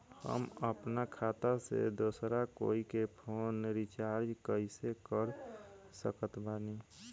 हम अपना खाता से दोसरा कोई के फोन रीचार्ज कइसे कर सकत बानी?